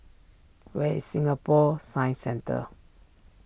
where is Singapore Science Centre